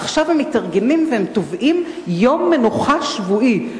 עכשיו הם מתארגנים והם תובעים יום מנוחה שבועי,